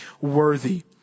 worthy